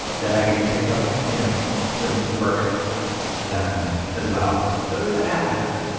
that i could pick up you know sort of work at that point, as well. so it was about half and half.